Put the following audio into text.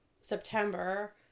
September